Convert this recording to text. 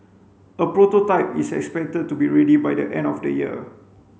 a prototype is expected to be ready by the end of the year